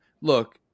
look